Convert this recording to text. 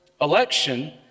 election